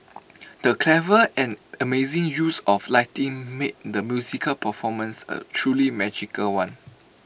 the clever and amazing use of lighting made the musical performance A truly magical one